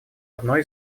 одной